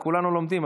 כולנו לומדים,